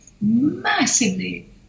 massively